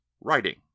writing